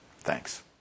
Thanks